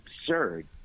absurd